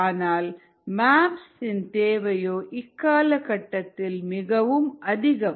ஆனால் மேப்ஸ் இன் தேவை இக்காலகட்டத்தில் மிகவும் அதிகம்